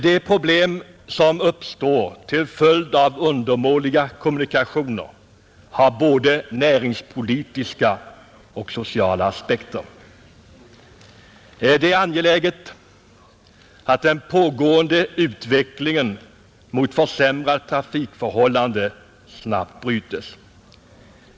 De problem som uppstår till följd av undermåliga kommunikationer har både näringspolitiska och sociala aspekter. Det är angeläget att den pågående utvecklingen mot försämrade trafikförhållanden snabbt brytes.